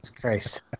Christ